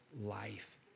life